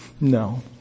No